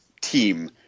team